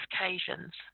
occasions